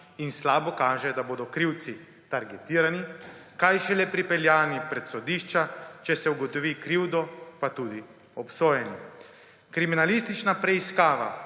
In slabo kaže, da bodo krivci targetirani, kaj šele pripeljani pred sodišča, če se ugotovi krivdo, pa tudi obsojeni. Kriminalistična preiskava